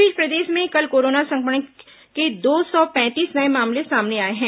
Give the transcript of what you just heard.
इस बीच प्रदेश में कल कोरोना संक्रमण के दो सौ पैंतीस नये मामले सामने आए हैं